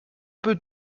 peu